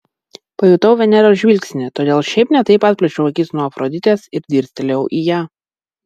pajutau veneros žvilgsnį todėl šiaip ne taip atplėšiau akis nuo afroditės ir dirstelėjau į ją